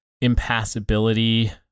impassibility